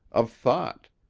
of thought.